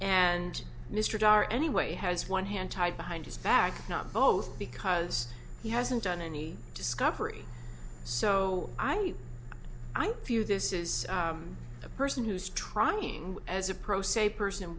and mr dar anyway has one hand tied behind his back not both because he hasn't done any discovery so i few this is a person who's trying as a pro se person